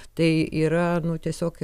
tai yra nu tiesiog